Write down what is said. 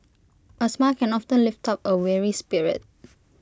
A smile can often lift up A weary spirit